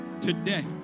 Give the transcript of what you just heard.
today